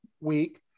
week